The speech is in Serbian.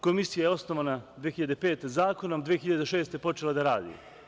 Komisija je osnovana 2005. godine zakonom, 2006.godine je počela da radi.